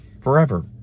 forever